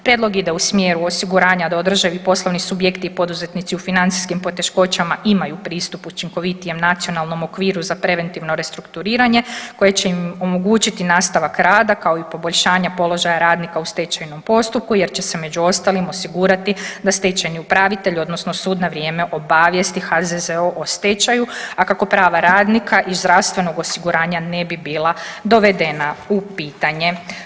Prijedlog ide u smjeru osiguranja da održivi poslovni subjekti i poduzetnici u financijskim poteškoćama imaju pristup učinkovitijem nacionalnom okviru za preventivno restrukturiranje koje će im omogućiti nastavak rada kao i poboljšanja položaja radnika u stečajnom postupku jer će se među ostalim osigurati da stečajni upravitelj, odnosno sud na vrijeme obavijesti HZZO o stečaju, a kako prava radnika iz zdravstvenog osiguranja ne bi bila dovedena u pitanje.